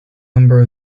number